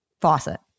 faucet